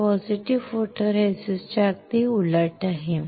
हे positive photoresist च्या अगदी उलट आहे